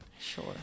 Sure